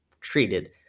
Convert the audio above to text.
treated